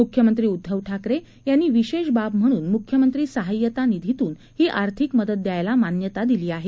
मुख्यमंत्री उद्दव ठाकरे यांनी विशेष बाब म्हणून मुख्यमंत्री सहाय्यता निधीतून ही आर्थिक मदत द्यायला मान्यता दिली आहे